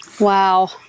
Wow